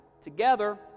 together